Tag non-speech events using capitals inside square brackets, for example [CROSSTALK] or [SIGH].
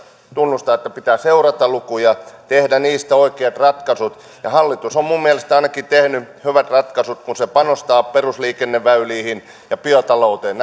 tunnustaa että pitää seurata lukuja tehdä niistä oikeat ratkaisut ja hallitus on minun mielestäni ainakin tehnyt hyvät ratkaisut kun se panostaa perusliikenneväyliin ja biotalouteen [UNINTELLIGIBLE]